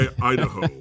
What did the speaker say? Idaho